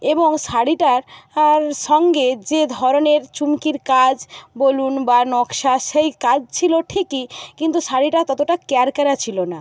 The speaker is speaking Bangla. এবং শাড়িটার সঙ্গে যে ধরনের চুমকির কাজ বলুন বা নকশা সেই কাজ ছিল ঠিকই কিন্তু শাড়িটা ততটা ক্যাড়ক্যাড়া ছিল না